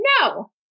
No